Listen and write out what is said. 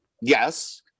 Yes